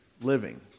living